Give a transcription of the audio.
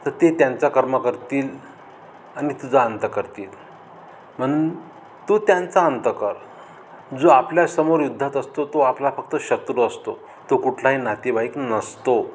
तर ते त्यांचं कर्म करतील आणि तुझा अंत करतील म्हणून तू त्यांचा अंत कर जो आपल्या समोर युद्धात असतो तो आपला फक्त शत्रू असतो तो कुठलाही नातेवाईक नसतो